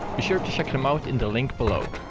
be sure to check them out in the link below.